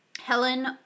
Helen